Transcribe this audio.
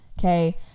okay